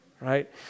right